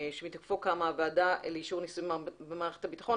שמתוקפו קמה הוועדה לאישור ניסויים במערכת הביטחון,